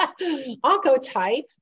Oncotype